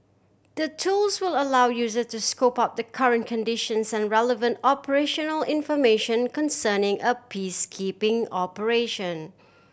the tools will allow user to scope out the current conditions and relevant operational information concerning a peacekeeping operation